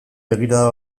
begirada